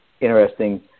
interesting